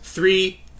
Three